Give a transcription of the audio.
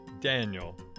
Daniel